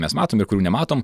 mes matom ir kurių nematom